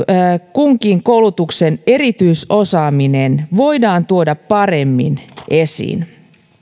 kunkin koulutuksen erityisosaaminen voidaan tuoda paremmin esiin